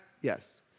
Yes